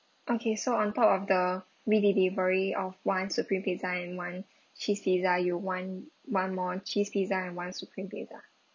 okay so on top of the redelivery of one supreme pizza and one cheese pizza you want one more cheese pizza and one supreme pizza